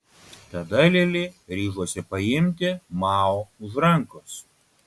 tada lili ryžosi paimti mao už rankos